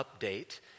update